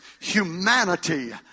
humanity